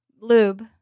Lube